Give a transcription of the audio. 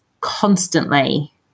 constantly